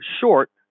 short